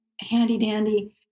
handy-dandy